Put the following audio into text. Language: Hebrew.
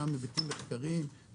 גם היבטים מחקריים,